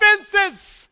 offenses